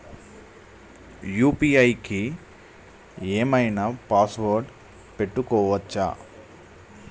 UPI కి ఏం ఐనా పాస్వర్డ్ పెట్టుకోవచ్చా?